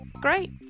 Great